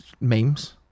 memes